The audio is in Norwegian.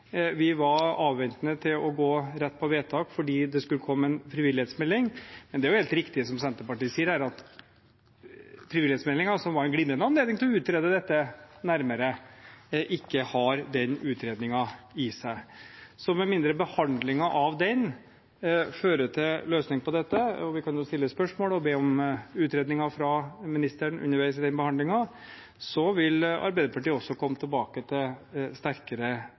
Vi var avventende til å gå rett til vedtak, fordi det skulle komme en frivillighetsmelding. Men det er helt riktig som Senterpartiet sier her, at frivillighetsmeldingen, som var en glimrende anledning til å utrede dette nærmere, ikke har den utredningen i seg. Så med mindre behandlingen av den fører til en løsning på dette – og vi kan stille spørsmål og be om utredninger fra ministeren underveis i den behandlingen – vil Arbeiderpartiet også komme tilbake til sterkere